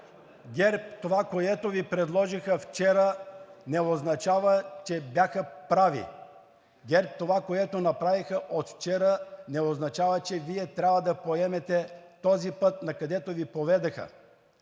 ГЕРБ това, което Ви предложиха вчера, не означава, че бяха прави. ГЕРБ това, което направиха от вчера, не означава, че Вие трябва да поемете този път, накъдето Ви поведоха.